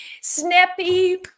Snappy